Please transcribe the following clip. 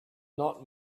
not